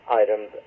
items